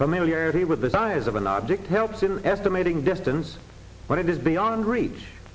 familiarity with the size of an object helps in estimating distance when it is beyond reach